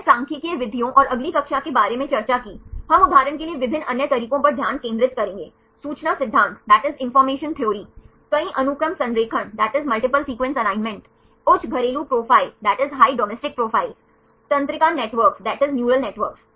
हमने सांख्यिकीय विधियों और अगली कक्षा के बारे में चर्चा की हम उदाहरण के लिए विभिन्न अन्य तरीकों पर ध्यान केंद्रित करेंगे सूचना सिद्धांत कई अनुक्रम संरेखण उच्च घरेलू प्रोफाइल तंत्रिका नेटवर्क्स